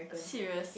serious